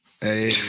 hey